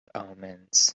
omens